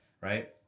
right